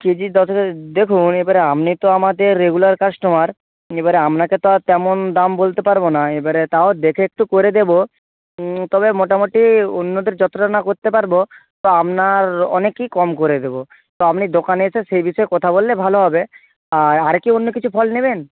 KG দেখুন এবার আপনি তো আমাদের রেগুলার কাস্টমার এবারে আপনাকে তো আর তেমন দাম বলতে পারবো না এবারে তাও দেখে একটু করে দেবো তবে মোটামুটি অন্যদের যতটা না করতে তো পারবো আপনার অনেকই কম করে দেবো তো আপনি দোকানে এসে সেই বিষয়ে কথা বললে ভালো হবে আর আর কি অন্য কিছু ফল নেবেন